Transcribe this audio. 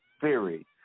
Theory